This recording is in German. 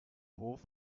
hof